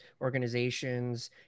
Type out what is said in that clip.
organizations